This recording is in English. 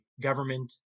government